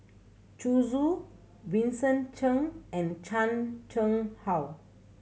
Zhu Xu Vincent Cheng and Chan Chang How